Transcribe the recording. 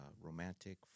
romantic